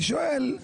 אני שואל,